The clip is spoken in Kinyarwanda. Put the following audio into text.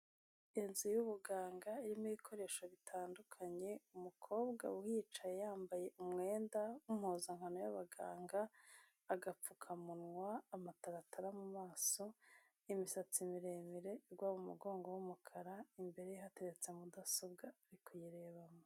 Inzu y'ubuganga irimo ibikoresho bitandukanye, umukobwa uhicaye yambaye umwenda w'impuzankano y'abaganga, agapfukamunwa, amataratara mu maso, imisatsi miremire igwa mu mugongo w'umukara, imbere hateretse mudasobwa, ari kuyirebamo.